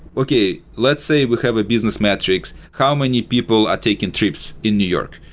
okay. let's say we have a business metrics. how many people are taking trips in new york?